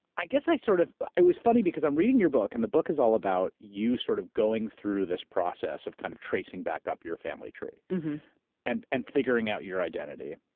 i guess i sort of. it was funny because i'm reading your book, and the book is all about you sort of going through this process of kind of tracing back up your family tree and and figuring out your identity,